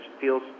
feels